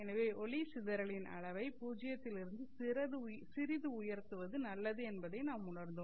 எனவே ஒளி சிதறலின் அளவை பூஜ்ஜியத்தில் இருந்து சிறிது உயர்த்துவது நல்லது என்பதை நாம் உணர்ந்தோம்